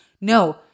no